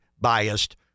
biased